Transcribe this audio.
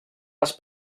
les